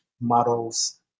models